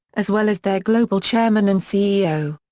as well as their global chairman and ceo.